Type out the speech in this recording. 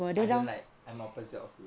I don't like I'm opposite of you